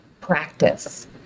practice